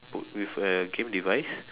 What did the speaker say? put with a game device